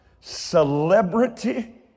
celebrity